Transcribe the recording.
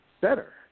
better